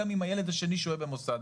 גם אם הילד השני שוהה במוסד.